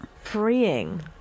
freeing